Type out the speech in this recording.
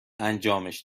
انجامش